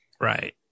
Right